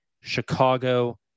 Chicago